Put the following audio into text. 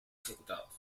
ejecutados